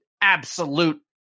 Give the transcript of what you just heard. absolute